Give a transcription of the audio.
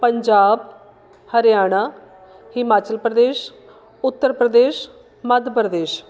Punjab Haryana Himachal Pradesh Uttar Pradesh Madhya Pradesh